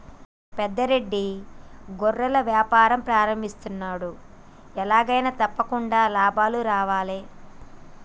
పెద్ద రెడ్డి గొర్రెల వ్యాపారం ప్రారంభిస్తున్నాడు, ఎలాగైనా తప్పకుండా లాభాలు రావాలే